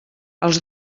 els